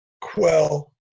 quell